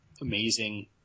amazing